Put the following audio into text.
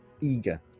eager